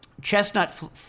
Chestnut